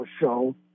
show